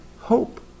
hope